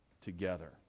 together